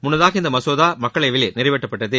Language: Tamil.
முன்னதாக இந்த மசோதா மக்களவையில் நிறைவேற்றப்பட்டது